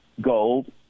gold